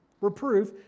Reproof